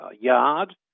yard